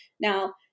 Now